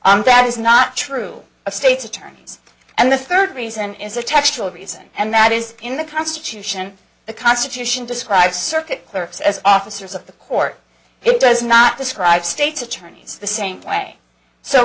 that is not true of state attorneys and the third reason is a textural reason and that is in the constitution the constitution describes circuit clerks as officers of the court it does not describe state's attorneys the same play so